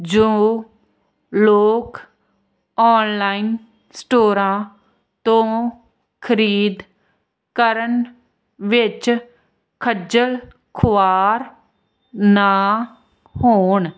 ਜੋ ਲੋਕ ਓਨਲਾਈਨ ਸਟੋਰਾਂ ਤੋਂ ਖਰੀਦ ਕਰਨ ਵਿੱਚ ਖੱਜਲ ਖੁਆਰ ਨਾ ਹੋਣ